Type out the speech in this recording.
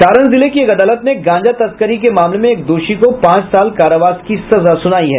सारण जिले की एक अदालत ने गांजा तस्करी के मामले में एक दोषी को पांच साल कारावास की सजा सुनाई है